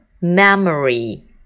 memory